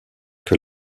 que